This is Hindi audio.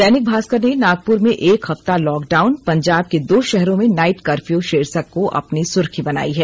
दैनिक भास्कर ने नागपुर में एक हफ्ता लॉकडाउन पंजाब के दो शहरों में नाइट कर्फ्यू शीर्षक को अपनी सुर्खी बनाई है